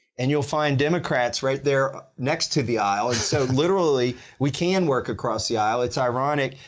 and you'll find democrats right there next to the aisle and so literally we can work across the aisle. it's ironic,